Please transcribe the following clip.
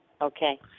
Okay